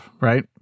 right